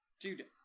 Dude